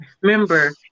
Remember